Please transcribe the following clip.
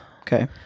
Okay